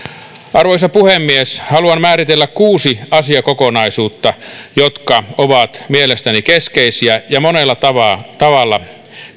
arvoisa puhemies haluan määritellä kuusi asiakokonaisuutta jotka ovat mielestäni keskeisiä ja monella tavalla tavalla